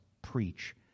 preach